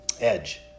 edge